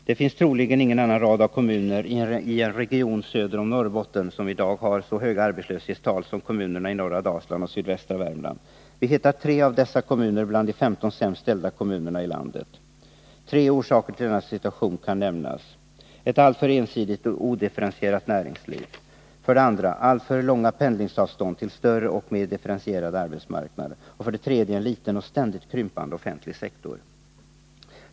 Det finns troligen ingen annan rad av kommuner i en region söder om Norrbotten som i dag har så höga arbetslöshetstal som kommunerna i norra Dalsland och sydvästra Värmland. Vi hittar tre av dessa kommuner bland de 15 sämst ställda kommunerna i landet. Tre orsaker till denna situation kan nämnas. För det första: ett alltför ensidigt och odifferentierat näringsliv. För det andra: alltför långa pendlingsavstånd till större och mer differentierade arbetsmarknader. För det tredje: liten och ständigt krympande offentlig sektor.